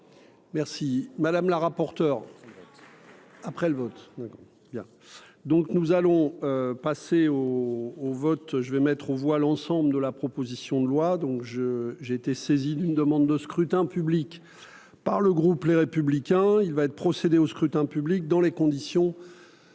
Merci madame la rapporteure. Après le vote bien, donc nous allons passer au au vote, je vais mettre aux voix l'ensemble de la proposition de loi donc je j'ai été saisi d'une demande de scrutin public par le groupe, les Républicains, il va être procédé au scrutin public dans les conditions